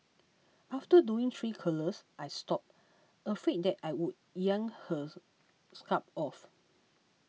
after doing three curlers I stopped afraid that I would yank her scalp off